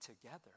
together